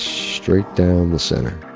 straight down the center